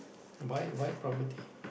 buy buy property